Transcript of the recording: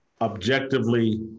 objectively